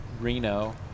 Reno